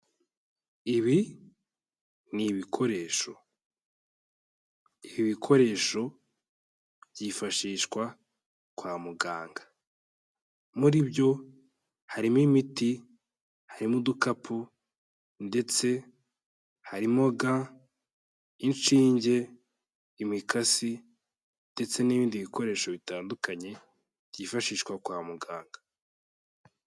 Ibi ni ibikoresho. Ibi bikoresho byifashishwa kwa muganga. Muri byo harimo imiti, harimo udukapu, ndetse harimo ga, inshinge, imikasi, ndetse n'ibindi bikoresho bitandukanye byifashishwa kwa muganga.